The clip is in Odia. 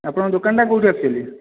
ଆପଣଙ୍କ ଦୋକାନ ଟା କେଉଁଠି ଆକଚୁଆଲି